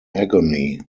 agony